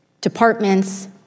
departments